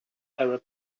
arab